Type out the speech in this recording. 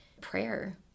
prayer